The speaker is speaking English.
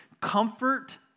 comfort